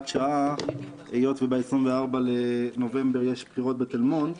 שעה היא בשל הבחירות בתל-מונד ב-24.11.